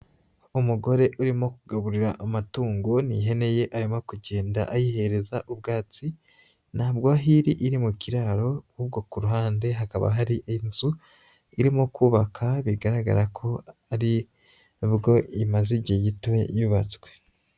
Umugore urimo kugaburira amatungo n'ihene ye arimo kugenda ayihereza ubwatsi, ntabwo aho iri, iri mu kiraro ahubwo ku ruhande hakaba hari inzu irimo kubaka bigaragara ko ari bwo imaze igihe gito yubatswe.